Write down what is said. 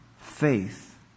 faith